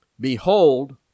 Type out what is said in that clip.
Behold